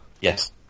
Yes